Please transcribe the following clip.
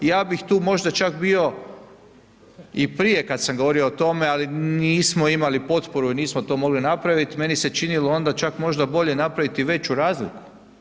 Ja bih tu možda čak bio i prije kad sam govorio o tome, ali nismo imali potporu i nismo to mogli napravit, meni se činilo onda čak možda bolje napraviti veću razliku.